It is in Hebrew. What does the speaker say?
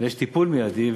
ויש טיפול מיידי.